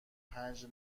پنج